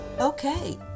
Okay